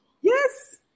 Yes